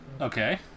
okay